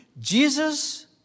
Jesus